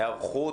היערכות,